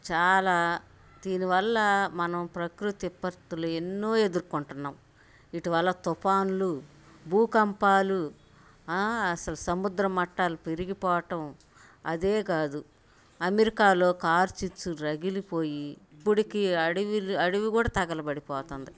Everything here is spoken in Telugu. చాలా దీని వల్ల మనం ప్రకృతి విపత్తులు ఎన్నో ఎదుర్కొంటున్నాం ఈటి వల్ల తుఫానులు భూకంపాలు అసలు సముద్ర మట్టాలు పెరిగిపోవటం అదే కాదు అమెరికాలో కారుచిచ్చు రగిలిపోయి ఇప్పుటికీ అడివి అడవి కూడా తగలపడిపోతంది